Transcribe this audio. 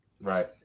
right